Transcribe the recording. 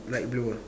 light blue ah